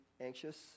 anxious